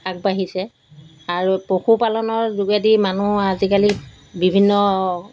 আগবাঢ়িছে আৰু পশুপালনৰ যোগেদি মানুহ আজিকালি বিভিন্ন